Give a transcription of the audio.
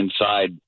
inside